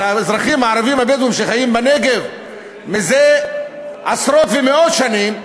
של האזרחים הערבים הבדואים שחיים בנגב מזה עשרות ומאות שנים,